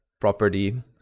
property